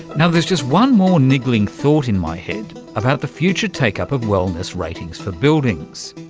now, there's just one more niggling thought in my head about the future take-up of wellness ratings for buildings.